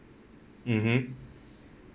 mmhmm